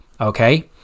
okay